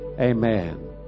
Amen